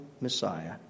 Messiah